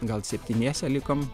gal septyniese likom